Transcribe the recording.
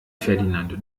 ferdinand